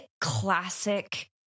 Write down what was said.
classic